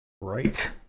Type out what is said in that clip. right